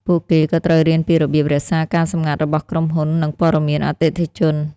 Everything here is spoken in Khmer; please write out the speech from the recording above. ពួកគេក៏ត្រូវរៀនពីរបៀបរក្សាការសម្ងាត់របស់ក្រុមហ៊ុននិងព័ត៌មានអតិថិជន។